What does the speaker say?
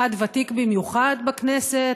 אחד ותיק במיוחד בכנסת,